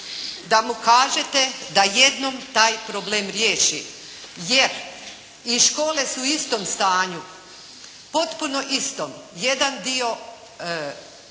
da mu kažete da jednom taj problem riješi. Jer i škole su u istom stanju, potpuno istom. Jedan dio